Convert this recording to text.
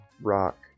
rock